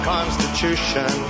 Constitution